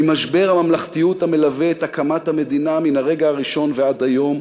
ממשבר הממלכתיות המלווה את הקמת המדינה מן הרגע הראשון ועד היום.